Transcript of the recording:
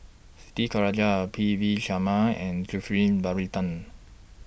Siti Khalijah Are P V Sharma and Zulkifli Baharudin